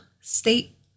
state